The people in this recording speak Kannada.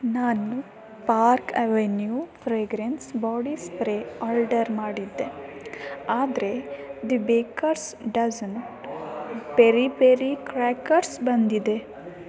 ನಾನು Park Avenue fragrance body spray order ಮಾಡಿದ್ದೆ ಆದರೆ the Baker's Dozen peri peri crackers ಬಂದಿದೆ